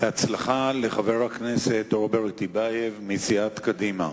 בהצלחה לחבר הכנסת רוברט טיבייב מסיעת קדימה.